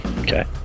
Okay